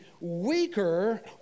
weaker